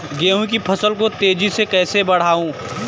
गेहूँ की फसल को तेजी से कैसे बढ़ाऊँ?